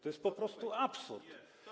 To jest po prostu absurd.